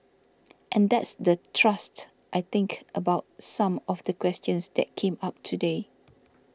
and that's the thrust I think about some of the questions that came up today